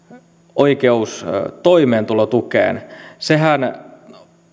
oikeus toimeentulotukeen sehän